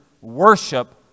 worship